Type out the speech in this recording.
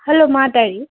hello ಮಾತಾಡಿ